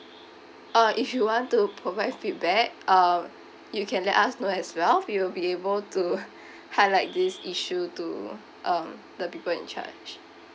uh if you want to provide feedback uh you can let us know as well we'll be able to highlight this issue to um the people in charge